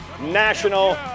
national